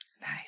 Nice